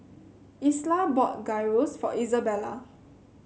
Isla bought Gyros for Izabella